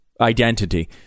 identity